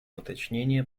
уточнения